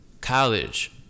college